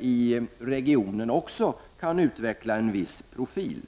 i regionen också kan utveckla en viss profil.